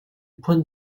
pointe